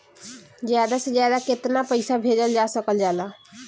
ज्यादा से ज्यादा केताना पैसा भेजल जा सकल जाला?